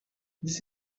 this